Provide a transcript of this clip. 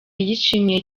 yishimiye